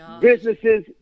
businesses